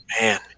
Man